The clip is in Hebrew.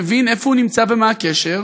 מבין איפה הוא נמצא ומה הקשר.